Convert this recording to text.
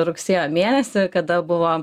rugsėjo mėnesį kada buvo